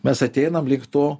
mes ateinam lyg to